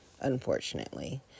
unfortunately